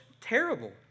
terrible